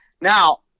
Now